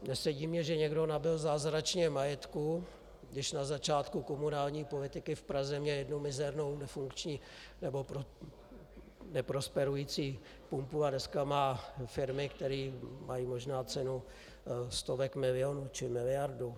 Nesedí mi, že někdo nabyl zázračně majetku, když na začátku komunální politiky v Praze měl jednu mizernou neprosperující pumpu a dneska má firmy, které mají možná cenu stovek milionů či miliardu.